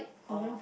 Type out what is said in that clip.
oh